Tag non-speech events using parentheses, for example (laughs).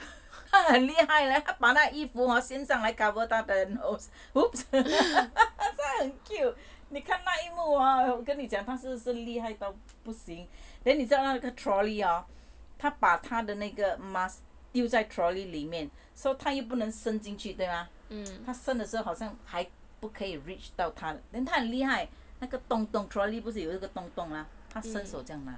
(breath) 她很厉害 leh 把那个衣服 hor 先上来 cover 她的 nose (laughs) 她很 cute 你看那一幕 hor 我跟你讲她是不是厉害到不行 then 你知道她的 trolley hor 她把她的那个 mask 丢在 trolley 里面 so 她又不能伸进去对吗她伸的时候好像还不可以 reach 到她 then 她很厉害那个洞洞 trolley 不是有那个洞洞吗她伸手这样拿